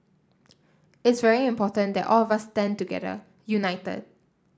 it's very important that all of us stand together united